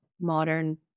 modern